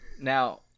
Now